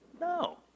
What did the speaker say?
No